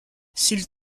s’il